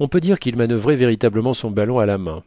on peut dire qu'il manuvrait véritablement son ballon à la main